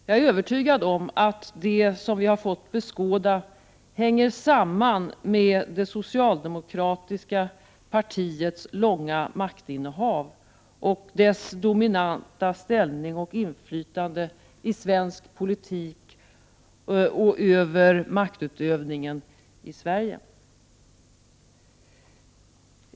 Jag är övertygad om att det som vi har fått beskåda hänger samman med det socialdemokratiska partiets långa maktinnehav och dess dominanta ställning och inflytande i svensk politik och över maktutövningen i Sverige.